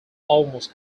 almost